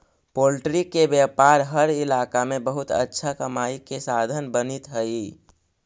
poultry के व्यापार हर इलाका में बहुत अच्छा कमाई के साधन बनित हइ